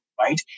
right